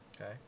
Okay